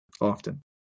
often